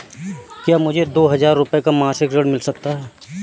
क्या मुझे दो हजार रूपए का मासिक ऋण मिल सकता है?